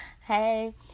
Hey